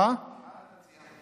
מה אתה מציע?